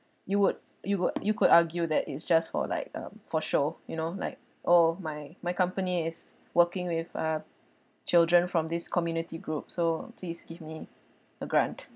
you would you would you could argue that it's just for like um for show you know like oh my my company is working with uh children from this community group so please give me a grant